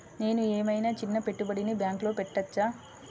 నేను ఏమయినా చిన్న పెట్టుబడిని బ్యాంక్లో పెట్టచ్చా?